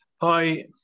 Hi